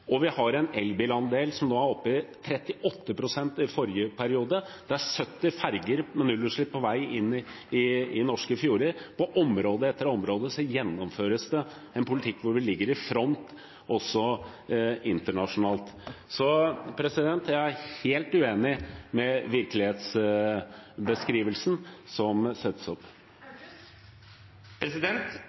er 70 ferjer med nullutslipp på vei inn i norske fjorder. På område etter område gjennomføres det en politikk hvor vi ligger i front, også internasjonalt. Så jeg er helt uenig i den virkelighetsbeskrivelsen som